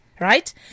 Right